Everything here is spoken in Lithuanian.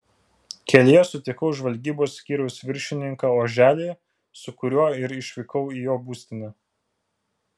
kelyje sutikau žvalgybos skyriaus viršininką oželį su kuriuo ir išvykau į jo būstinę